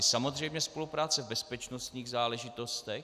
Samozřejmě spolupráce v bezpečnostních záležitostech.